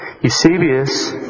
Eusebius